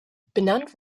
benannt